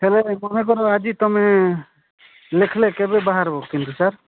ହେଲେ କର ଆଜି ତମେ ଲେଖ୍ଲେ କେବେ ବାହାର୍ବ କିନ୍ତୁ ସାର୍